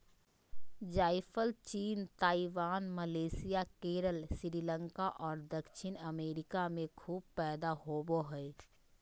जायफल China, Taiwan, Malaysia, Kerala, Sri Lanka और दक्षिणी अमेरिका में खूब पैदा होबो हइ